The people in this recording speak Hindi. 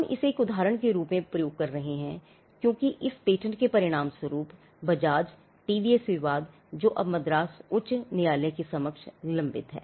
हम इसे एक उदाहरण के रूप में उपयोग कर रहे हैं क्योंकि इस पेटेंट के परिणामस्वरूप बजाज टीवीएस विवाद जो अब मद्रास में उच्च न्यायालय के समक्ष लंबित है